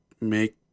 make